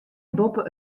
boppe